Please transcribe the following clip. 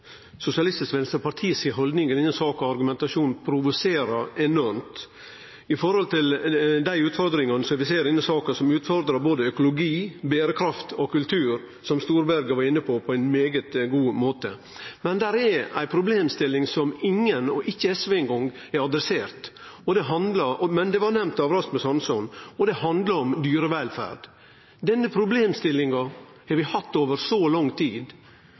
Sosialistisk Venstreparti si haldning og argumentasjon i denne saka provoserer enormt med tanke på dei utfordringane vi ser, som gjeld både økologi, berekraft og kultur, og som Storberget var inne på på ein meget god måte. Men det er ei problemstilling som ingen, ikkje SV eingong, har adressert – det blei nemnt av Rasmus Hansson – og det handlar om dyrevelferd. Denne problemstillinga har vi hatt over lang tid,